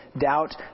doubt